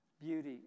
beauty